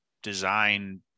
design